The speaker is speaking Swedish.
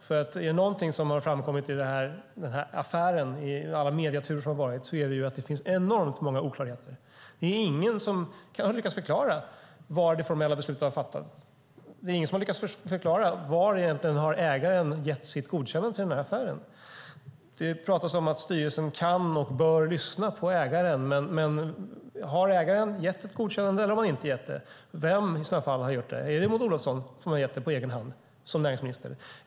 Om det är någonting som har framkommit i alla medieturer som har varit i denna affär är det att det finns enormt många oklarheter. Det är ingen som har lyckats förklara var det formella beslutet har fattats. Det är ingen som har lyckats förklara var någonstans som ägaren egentligen har gett sitt godkännande till denna affär. Det talas om att styrelsen kan och bör lyssna på ägaren. Men har ägaren gett ett godkännande eller har man inte gjort det? Vem har i så fall gjort det? Är det Maud Olofsson som näringsminister som har gett det på egen hand?